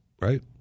Right